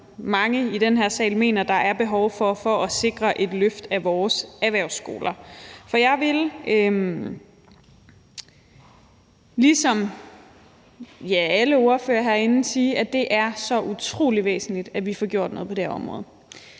mange i den her sal mener at der er behov for for at sikre et løft af vores erhvervsskoler. Jeg vil ligesom alle ordførere herinde sige, at det er så utrolig væsentligt, at vi får gjort noget på det her område.